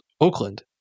Oakland